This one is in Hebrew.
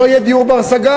לא יהיה דיור בר-השגה,